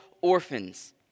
orphans